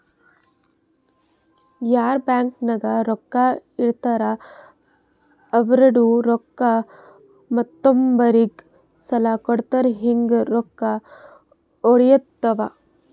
ಯಾರ್ ಬ್ಯಾಂಕ್ ನಾಗ್ ರೊಕ್ಕಾ ಇಡ್ತಾರ ಅವ್ರದು ರೊಕ್ಕಾ ಮತ್ತೊಬ್ಬರಿಗ್ ಸಾಲ ಕೊಡ್ತಾರ್ ಹಿಂಗ್ ರೊಕ್ಕಾ ಒಡ್ಯಾಡ್ತಾವ